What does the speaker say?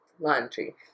laundry